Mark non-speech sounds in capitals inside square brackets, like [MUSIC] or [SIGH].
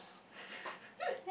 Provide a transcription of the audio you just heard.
[LAUGHS]